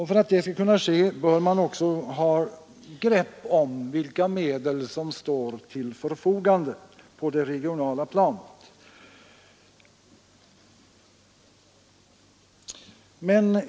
För att detta skall kunna ske bör man också ha insikt om vilka ekonomiska medel som står till förfogande på det regionala planet.